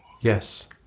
yes